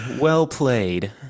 Well-played